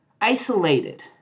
isolated